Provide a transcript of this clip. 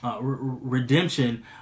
Redemption